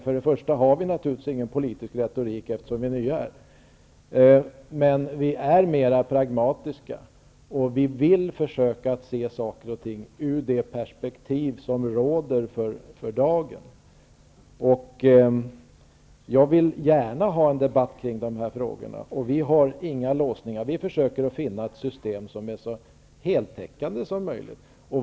För det första har vi ingen politisk retorik, eftersom vi är nya, och för det andra är vi mera pragmatiska och vill försöka se saker och ting ur det perspektiv som råder för dagen. Vi försöker finna ett system som är så heltäckande som möjligt.